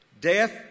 death